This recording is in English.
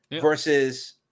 versus